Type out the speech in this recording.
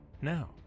Now